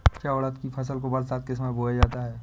क्या उड़द की फसल को बरसात के समय बोया जाता है?